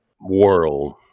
world